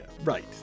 right